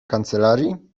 kancelarii